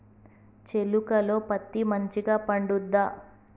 చేలుక లో పత్తి మంచిగా పండుద్దా?